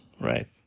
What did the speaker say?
Right